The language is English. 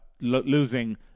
Losing